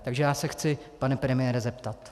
Takže já se chci, pane premiére, zeptat.